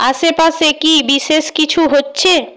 আশেপাশে কি বিশেষ কিছু হচ্ছে